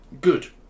good